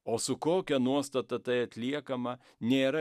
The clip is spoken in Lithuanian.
o su kokia nuostata tai atliekama nėra